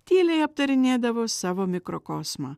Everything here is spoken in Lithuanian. tyliai aptarinėdavo savo mikrokosmą